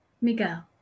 Miguel